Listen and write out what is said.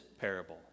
parable